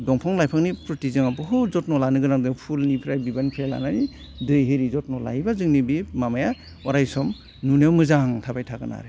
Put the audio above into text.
दंफां लाइफांनि प्रति जोंहा बुहुत जथ्न' लानो गोनां दं फुलनिफ्राय बिबारनिफ्राय लानानै दै आरि जथ्न' लायोबा जोंनि बि माबाया अरायसम नुनो मोजां थाबाय थागोन आरो